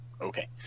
Okay